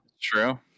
True